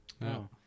no